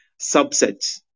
subsets